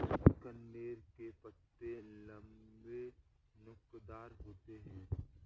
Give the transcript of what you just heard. कनेर के पत्ते लम्बे, नोकदार होते हैं